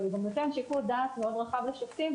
אבל הוא גם נותן שיקול דעת מאוד רחב לשופטים,